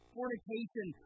Fornication